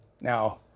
Now